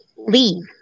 leave